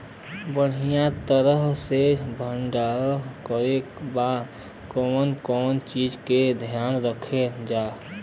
बढ़ियां तरह से भण्डारण करे बदे कवने कवने चीज़ को ध्यान रखल जा?